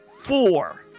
four